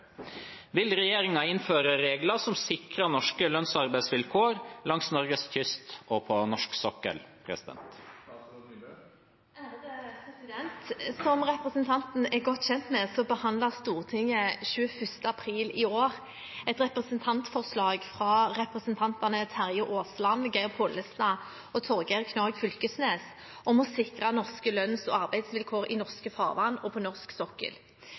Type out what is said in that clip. Vil regjeringen innføre regler som sikrer norske lønns- og arbeidsvilkår langs Norges kyst og på norsk sokkel?» Som representanten Gjelsvik er godt kjent med, behandlet Stortinget 21. april i år et representantforslag fra representantene Terje Aasland, Geir Pollestad og Torgeir Knag Fylkesnes om å sikre norske lønns- og arbeidsvilkår i norske farvann og på norsk sokkel.